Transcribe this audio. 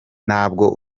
ntabwo